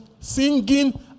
singing